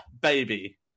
Baby